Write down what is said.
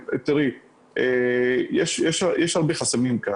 יש הרבה חסמים כאן.